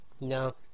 No